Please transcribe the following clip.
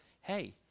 hey